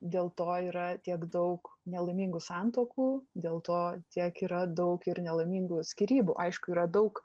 dėl to yra tiek daug nelaimingų santuokų dėl to tiek yra daug ir nelaimingų skyrybų aišku yra daug